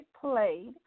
played